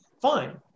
fine